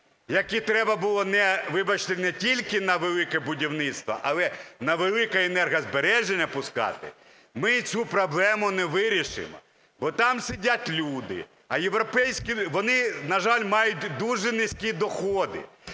які треба було, вибачте, не тільки на "Велике будівництво", але на велике енергозбереження пускати, ми цю проблему не вирішимо, бо там сидять люди, а європейські… Вони, на жаль, мають дуже низькі доходи,